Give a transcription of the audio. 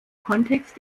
kontext